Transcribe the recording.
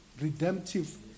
redemptive